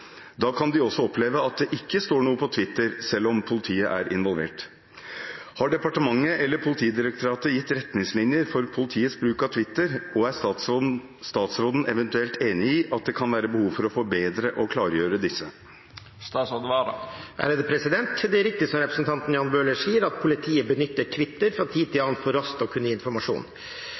Da kan de også oppleve at det ikke står noe på Twitter, selv om politiet er involvert. Har departementet eller Politidirektoratet gitt retningslinjer for politiets bruk av Twitter, og er statsråden eventuelt enig i at det kan være behov for å forbedre og klargjøre disse?» Det er riktig som representanten Jan Bøhler sier, at politiet benytter Twitter fra tid til annen for raskt å kunne gi informasjon.